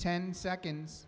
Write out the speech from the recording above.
ten seconds